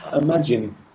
imagine